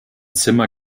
zimmer